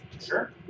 Sure